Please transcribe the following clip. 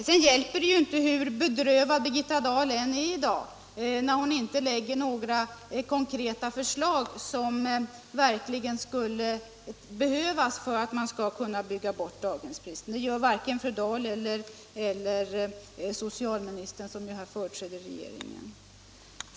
Det hjälper inte hur bedrövad Birgitta Dahl än är i dag, när hon inte lägger fram några konkreta förslag, som verkligen skulle behövas för att man skall kunna bygga bort daghemsbristen. Det gör varken fru Dahl eller socialministern, som här företräder regeringen.